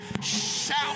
shout